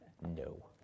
No